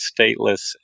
stateless